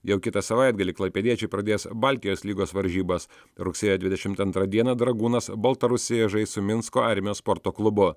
jau kitą savaitgalį klaipėdiečiai pradės baltijos lygos varžybas rugsėjo dvidešimt antrą dieną dragūnas baltarusijoje žais su minsko armijos sporto klubu